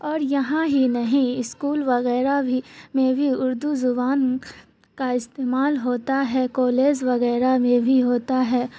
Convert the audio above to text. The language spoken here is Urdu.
اور یہاں ہی نہیں اسکول وغیرہ بھی میں بھی اردو زبان کا استعمال ہوتا ہے کالز وغیرہ میں بھی ہوتا ہے